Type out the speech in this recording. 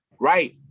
Right